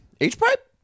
H-pipe